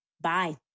Bye